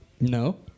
No